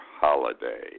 holiday